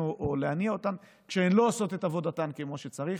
להניע אותן אם הן לא עושות את עבודתן כמו שצריך.